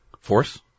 force